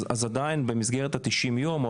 אז עדיין הוא יכול להיות פה במסגרת ה-90 יום.